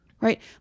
right